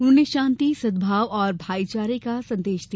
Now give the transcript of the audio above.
उन्होंने शांति सद्भाव और भाईचारे का संदेश दिया